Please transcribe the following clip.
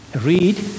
read